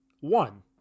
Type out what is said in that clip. one